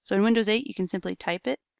so in windows eight, you can simply type it.